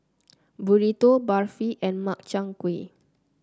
Burrito Barfi and Makchang Gui